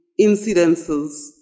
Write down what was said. incidences